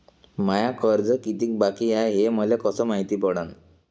माय कर्ज कितीक बाकी हाय, हे मले कस मायती पडन?